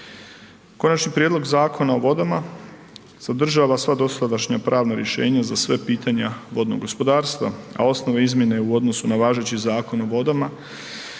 Konačni prijedlog Zakona o vodama sadržava sva dosadašnja pravna rješenja za sve pitanja vodnog gospodarstva, a osnove izmjene u odnosu na važeći Zakon o vodama